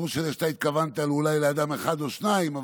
לא משנה שאתה התכוונת לאדם אחד או שניים,